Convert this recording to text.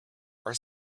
are